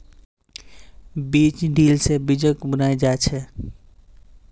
बीज ड्रिल से बीजक बुनाल जा छे